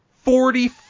Forty